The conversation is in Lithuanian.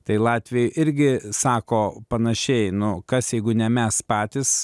tai latviai irgi sako panašiai nu kas jeigu ne mes patys